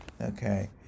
Okay